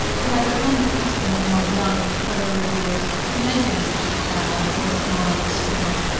it had become the custom among young and clever reviewers to mention richard caramel with a smile of scorn.